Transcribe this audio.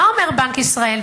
מה אומר בנק ישראל?